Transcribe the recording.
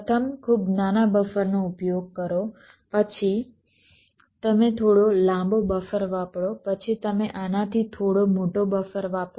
પ્રથમ ખૂબ નાના બફરનો ઉપયોગ કરો પછી તમે થોડો લાંબો બફર વાપરો પછી તમે આનાથી થોડો મોટો બફર વાપરો